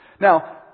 Now